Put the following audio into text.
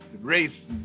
race